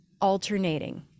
Alternating